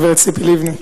הגברת ציפי לבני,